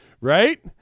Right